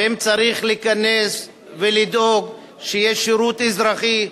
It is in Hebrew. ואם צריך להיכנס ולדאוג, שיהיה שירות אזרחי,